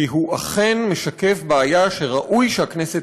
כי הוא אכן משקף בעיה שראוי שהכנסת